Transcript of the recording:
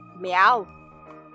Meow